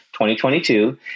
2022